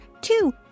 two